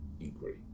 inquiry